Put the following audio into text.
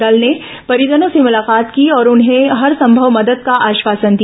दल ने परिजनों से मुलाकात की और उन्हें हरसंभव मदद का आश्वासन दिया